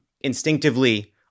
instinctively